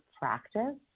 practice